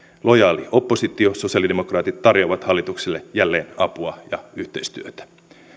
lojaali oppositio sosialidemokraatit tarjoaa hallitukselle jälleen apua ja yhteistyötä